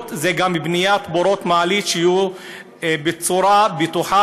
גם בניית בורות מעלית שיהיו בצורה בטוחה,